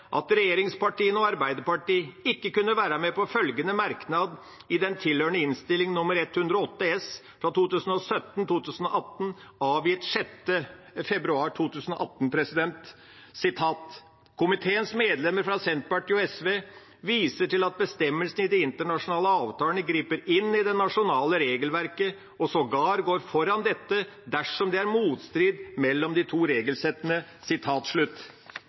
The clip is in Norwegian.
at regjeringspartiene og Arbeiderpartiet ikke kunne være med på følgende merknad i den tilhørende Innst. 108 S for 2017–2018, avgitt 6. februar 2018: «Komiteens medlemmer fra Senterpartiet og Sosialistisk Venstreparti viser til at bestemmelsene i de internasjonale avtalene griper inn i det nasjonale regelverket og sågar går foran dette dersom det er motstrid mellom de to regelsettene.»